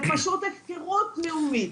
זו פשוט הפקרות לאומית.